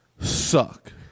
suck